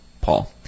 Paul